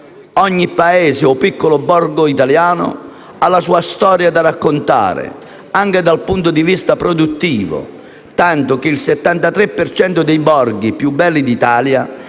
Ogni paese o piccolo borgo italiano ha la sua storia da raccontare, anche dal punto di vista produttivo, tanto che il 73 per cento dei borghi più belli d'Italia